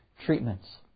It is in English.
treatments